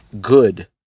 good